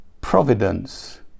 providence